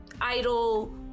Idol